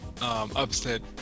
upset